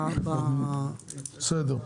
בסדר.